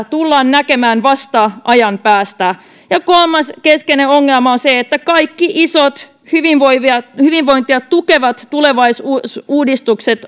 tullaan näkemään vasta ajan päästä kolmas keskeinen ongelma on se että kaikki isot hyvinvointia hyvinvointia tukevat tulevaisuusuudistukset